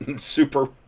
super